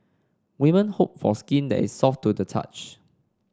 women hope for skin that is soft to the touch